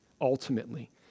ultimately